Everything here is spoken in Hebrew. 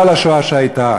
לא על השואה שהייתה.